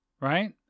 Right